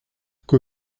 que